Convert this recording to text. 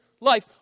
life